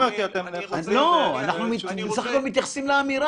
אנחנו סך הכל מתייחסים לאמירה,